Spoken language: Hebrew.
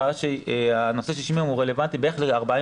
נושא 60 הימים רלוונטי בערך ל-40